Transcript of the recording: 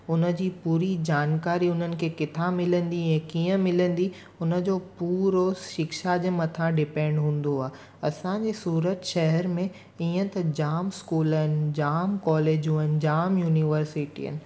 उन जी पूरी जानकारी उन्हनि खे किथां मिलंदी ऐं कीअं मिलंदी उन जो पूरो शिक्षा जे मथां डिपैंड हूंदो आहे असांजे सूरत शहर में ईअं त जामु इस्कूल आहिनि जामु कॉलेजूं आहिनि जामु युनिवर्सिटी आहिनि